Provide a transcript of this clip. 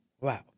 Wow